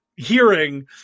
hearing